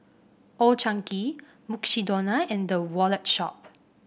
Old Chang Kee Mukshidonna and The Wallet Shop